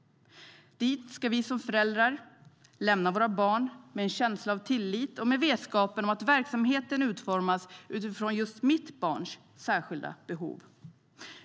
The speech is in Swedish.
Där ska vi som föräldrar lämna våra barn med en känsla av tillit och med vetskapen om att verksamheten utformas utifrån just mitt barns särskilda behov.